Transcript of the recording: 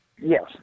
Yes